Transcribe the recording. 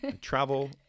Travel